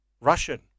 Russian